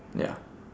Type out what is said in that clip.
ya